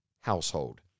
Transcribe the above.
household